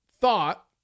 thought